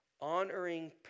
Honoring